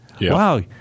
Wow